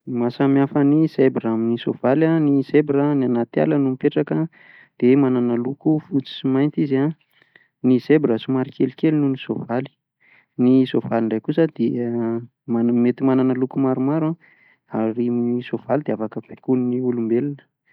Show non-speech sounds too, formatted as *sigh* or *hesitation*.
Ny maha samy hafa ny zebra amin'ny soavaly an: ny zebra any anaty ala no mipetraka dia manana loko fotsy sy mainty izy an. Ny zebra somary kelikely noho ny soavaly. Ny soavaly indray kosa *hesitation* mana- mety manana loko maromaro ary ny soavaly dia afaka baikon'ny olombelona.